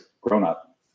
grown-up